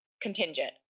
contingent